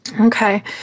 Okay